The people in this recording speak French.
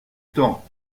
temps